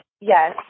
Yes